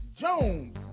Jones